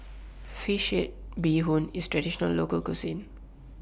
Fish Head Bee Hoon IS A Traditional Local Cuisine